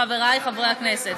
חברי חברי הכנסת,